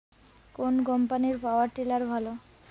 কোন কম্পানির power tiller ভালো?